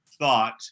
thought